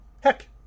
Heck